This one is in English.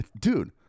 Dude